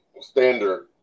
standard